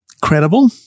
credible